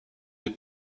des